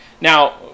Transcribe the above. now